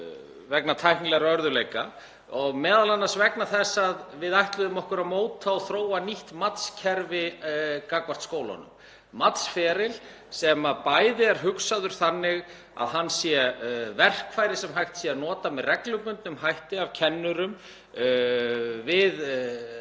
vegna tæknilegra örðugleika og einnig vegna þess að við ætluðum okkur að móta og þróa nýtt matskerfi gagnvart skólunum, matsferil sem er hugsaður þannig að hann sé verkfæri sem hægt er að nota með reglubundnum hætti af kennurum til